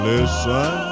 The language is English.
Listen